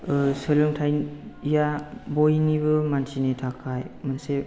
सोलोंथाइया बयनिबो मानसिनि थाखाय मोनसे